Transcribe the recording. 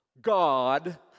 God